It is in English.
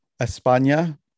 Espana